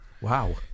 Wow